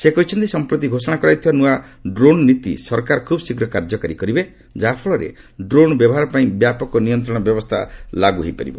ସେ କହିଛନ୍ତି ସମ୍ପ୍ରତି ଘୋଷଣା କରାଯାଇଥିବା ନ୍ରଆ ଡ୍ରୋଣ୍ ନୀତି ସରକାର ଖୁବ୍ ଶୀଘ୍ର କାର୍ଯ୍ୟକାରି କରିବେ ଯାହାଫଳରେ ଡ୍ରୋଣ୍ ବ୍ୟବହାର ପାଇଁ ବ୍ୟାପକ ନିୟନ୍ତ୍ରଣ ବ୍ୟବସ୍ଥା ଲାଗୁ ହୋଇପାରିବ